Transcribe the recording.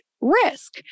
risk